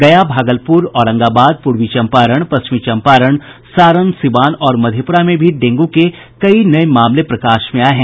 गया भागलपुर औरंगाबाद पूर्वी चंपारण पश्चिमी चंपारण सारण सीवान और मधेपुरा में भी डेंगू के कई नये मामले प्रकाश में आये हैं